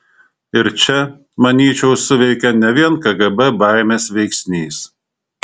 ir čia manyčiau suveikė ne vien kgb baimės veiksnys